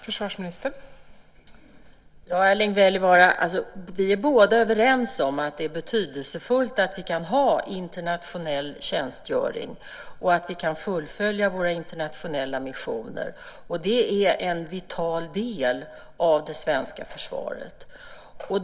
Fru talman! Erling Wälivaara, vi är överens om att det är betydelsefullt att vi kan ha internationell tjänstgöring och att vi kan fullfölja våra internationella missioner. Det är en vital del av det svenska försvaret.